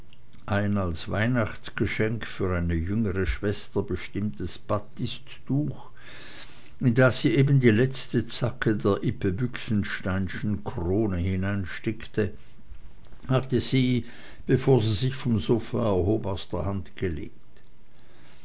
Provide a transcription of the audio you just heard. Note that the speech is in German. ein als weihnachtsgeschenk für eine jüngere schwester bestimmtes batisttuch in das sie eben die letzte zacke der ippe büchsensteinschen krone hineinstickte hatte sie bevor sie sich vom sofa erhob aus der hand gelegt